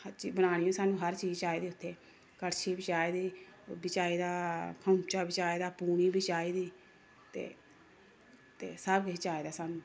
सब्जी बनानी सानूं हर चीज चाहिदी उ'त्थें कड़शी बी चाहिदी ओह् बी चाहिदा खोंचा बी चाहिदा पूनी बी चाहिदी ते ते सब किश चाहिदा सानूं